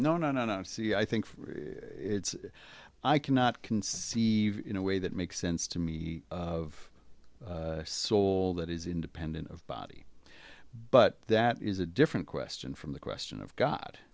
no no no no see i think it's i cannot conceive in a way that makes sense to me of soul that is independent of body but that is a different question from the question of god